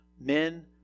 men